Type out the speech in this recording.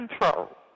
control